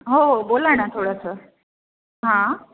हो हो बोला ना थोडंसं हां